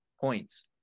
points